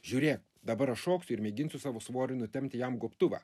žiūrėk dabar aš šoksiu ir mėginsiu savo svoriu nutempti jam gobtuvą